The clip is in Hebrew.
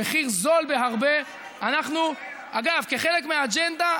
זה לא נכון, מה שאתה אומר.